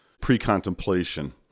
Pre-contemplation